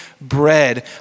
bread